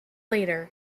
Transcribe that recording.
later